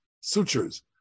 sutures